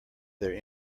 their